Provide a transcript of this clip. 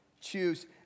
Choose